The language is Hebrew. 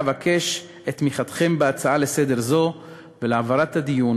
אבקש את תמיכתכם בהצעה זו לסדר-היום להעברת הדיון